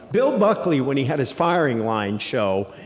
bill buckley, when he had his firing line show,